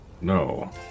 No